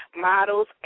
models